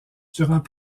durant